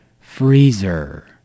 Freezer